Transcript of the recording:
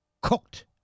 cooked